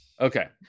Okay